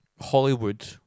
Hollywood